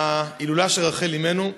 להילולה של רחל אמנו,